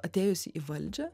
atėjusi į valdžią